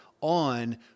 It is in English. on